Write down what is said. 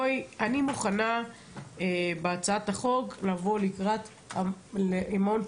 אני מוכנה בהצעת החוק לבוא לקראת מעון פתוח,